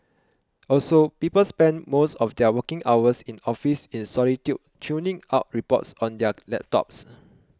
also people spend most of their working hours in office in solitude churning out reports on their laptops